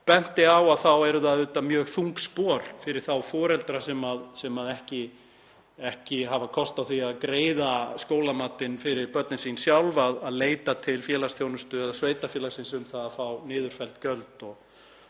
benti á þá eru það auðvitað mjög þung spor fyrir þá foreldra sem ekki hafa kost á að greiða skólamatinn fyrir börnin sín að leita til félagsþjónustu eða sveitarfélagsins um að fá niðurfelld gjöld